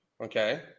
Okay